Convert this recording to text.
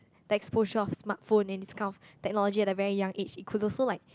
the exposure of smartphone and this kind of technology at a very young age it could also like